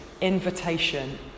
invitation